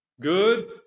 good